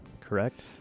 correct